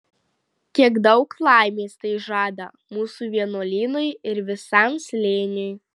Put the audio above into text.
kiek daug laimės tai žada mūsų vienuolynui ir visam slėniui